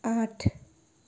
आठ